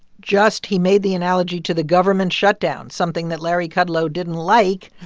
just he made the analogy to the government shutdown, something that larry kudlow didn't like.